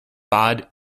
bad